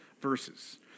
verses